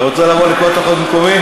אתה רוצה לבוא לקרוא את החוק במקומי?